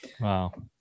Wow